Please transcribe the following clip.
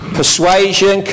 persuasion